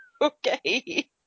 Okay